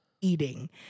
eating